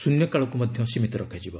ଶୂନ୍ୟ କାଳକୁ ମଧ୍ୟ ସୀମିତ ରଖାଯିବ